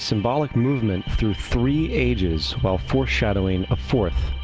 symbolic movement through three ages, while foreshadowing a fourth.